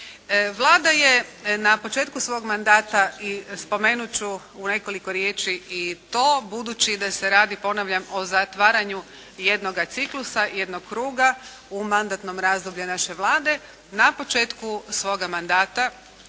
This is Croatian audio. Vlada je na početku svog mandata i spomenut ću u nekoliko riječi i to, budući da se radi ponavljam o zatvaranju jednoga ciklusa, jednog kruga u mandatnom razdoblju naše Vlade, na početku svoga mandata